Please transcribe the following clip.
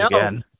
again